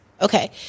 Okay